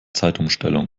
zeitumstellung